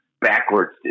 backwards